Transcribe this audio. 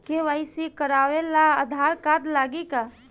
KYC करावे ला Aadhaar card लागी का?